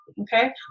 okay